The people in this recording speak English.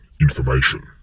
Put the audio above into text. information